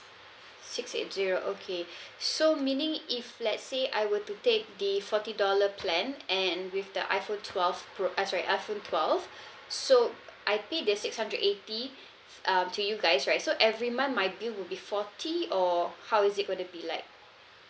six eight zero okay so meaning if let's say I were to take the forty dollar plan and with the iphone twelve pro uh sorry iphone twelve so I pay the six hundred eighty uh to you guys right so every month my bill will be forty or how is it gonna be like